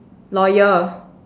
lawyer